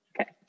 Okay